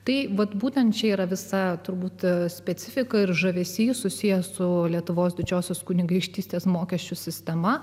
tai vat būtent čia yra visa turbūt specifika ir žavesys susijęs su lietuvos didžiosios kunigaikštystės mokesčių sistema